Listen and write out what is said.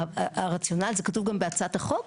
הרציונל הזה כתוב גם בהצעת החוק.